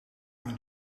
hun